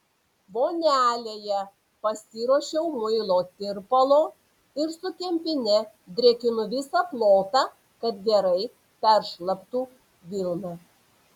vonelėje pasiruošiau muilo tirpalo ir su kempine drėkinu visą plotą kad gerai peršlaptų vilna